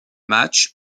match